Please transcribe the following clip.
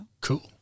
Cool